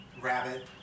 rabbit